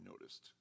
noticed